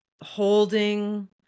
holding